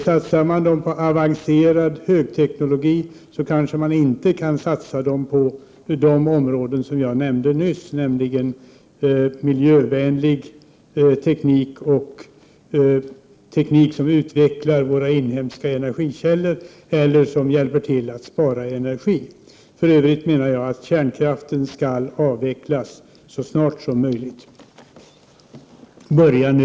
Satsar man på avancerad högteknologi, så kanske man inte kan satsa dem på de områden som jag nämnde nyss, nämligen miljövänlig teknik och teknik som utvecklar våra inhemska energikällor eller som hjälper till att spara energi. För övrigt menar jag att kärnkraften skall avvecklas så snart som möjligt. Börja nu!